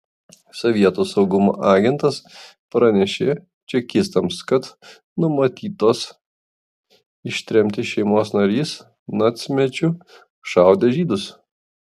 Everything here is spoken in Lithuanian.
sovietų saugumo agentas pranešė čekistams kad numatytos ištremti šeimos narys nacmečiu šaudė žydus